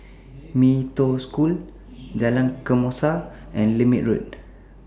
Mee Toh School Jalan Kesoma and Lermit Road